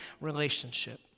relationship